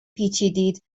پیچیدید